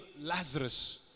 Lazarus